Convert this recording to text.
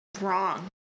wrong